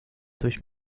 durch